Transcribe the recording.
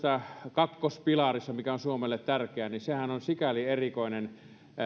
kakkospilarihan mikä on suomelle tärkeä on sikäli erikoinen